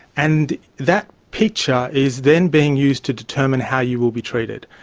and that picture is then being used to determine how you will be treated.